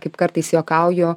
kaip kartais juokauju